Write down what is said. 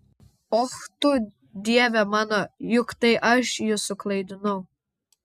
och tu dieve mano juk tai aš jus suklaidinau